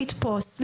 לתפוס,